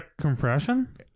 compression